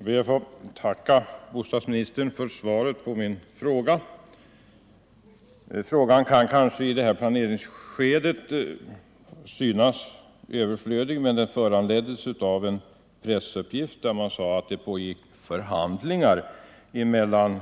Herr talman! Jag ber att få tacka bostadsministern för svaret på min fråga. Frågan kan kanske i det här planeringsskedet synas överflödig, men den föranleddes av en pressuppgift där man sade att det pågick ”förhandlingar” mellan